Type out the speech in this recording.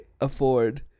afford